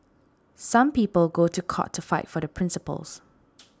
some people go to court to fight for their principles